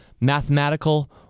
mathematical